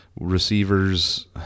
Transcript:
Receivers